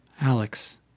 Alex